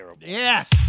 Yes